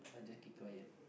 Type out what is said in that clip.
I just keep quiet